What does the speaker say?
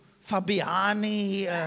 Fabiani